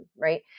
right